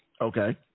okay